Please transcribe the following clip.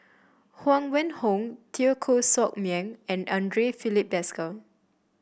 Huang Wenhong Teo Koh Sock Miang and Andre Filipe Desker